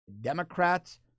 Democrats